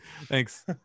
Thanks